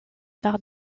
par